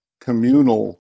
communal